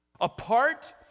Apart